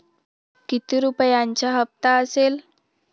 किती रुपयांचा हप्ता असेल?